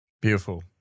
Beautiful